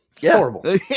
horrible